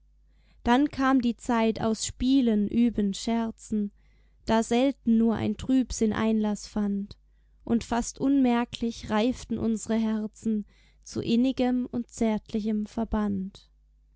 dann kam die zeit aus spielen üben scherzen da selten nur ein trübsinn einlaß fand und fast unmerklich reiften unsre herzen zu innigem und zärtlichem verband